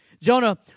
Jonah